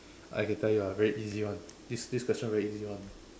I can tell you ah very easy [one] this this question very easy [one]